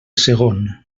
segon